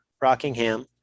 Rockingham